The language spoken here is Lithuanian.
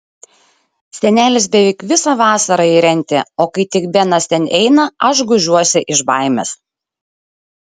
senelis beveik visą vasarą jį rentė o kai tik benas ten eina aš gūžiuosi iš baimės